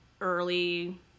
early